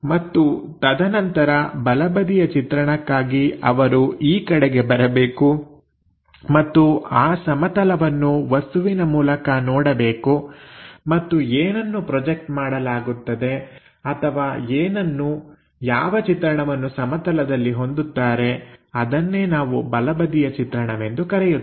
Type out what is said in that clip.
ಮತ್ತು ತದನಂತರ ಬಲಬದಿಯ ಚಿತ್ರಣಕ್ಕಾಗಿ ಅವರು ಈ ಕಡೆಗೆ ಬರಬೇಕು ಮತ್ತು ಆ ಸಮತಲವನ್ನು ವಸ್ತುವಿನ ಮೂಲಕ ನೋಡಬೇಕು ಮತ್ತೆ ಏನನ್ನು ಪ್ರೊಜೆಕ್ಟ್ ಮಾಡಲಾಗುತ್ತದೆ ಅಥವಾ ಏನನ್ನು ಯಾವ ಚಿತ್ರಣವನ್ನು ಸಮತಲದಲ್ಲಿ ಹೊಂದುತ್ತಾರೆ ಅದನ್ನೇ ನಾವು ಬಲಬದಿಯ ಚಿತ್ರಣವೆಂದು ಕರೆಯುತ್ತೇವೆ